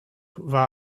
war